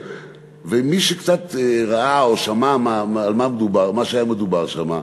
ומי שקצת ראה או שמע מה שהיה מדובר שם,